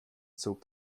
zog